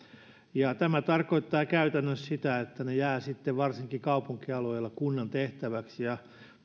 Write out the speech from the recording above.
tämä tarkoittaa käytännössä sitä että ne teiden korjaukset jäävät sitten varsinkin kaupunkialueilla kunnan tehtäväksi ja